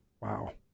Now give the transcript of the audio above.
Wow